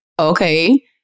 okay